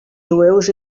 jueus